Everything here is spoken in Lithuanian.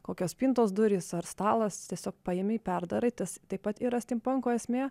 kokios spintos durys ar stalas tiesiog paėmei perdarai kas taip pat yra stimpanko esmė